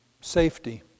safety